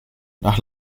nach